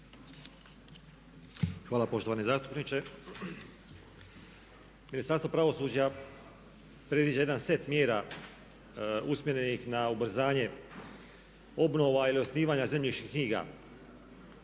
Hvala poštovani zastupniče. Ministarstvo pravosuđa predviđa jedan set mjera … na ubrzanje obnova ili osnivanja zemljišnih knjiga.